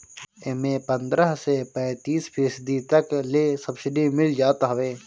एमे पन्द्रह से पैंतीस फीसदी तक ले सब्सिडी मिल जात हवे